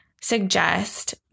suggest